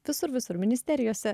visur visur ministerijose